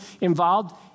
involved